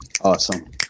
Awesome